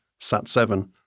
Sat7